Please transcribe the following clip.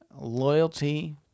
loyalty